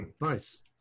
Nice